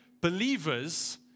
believers